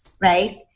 right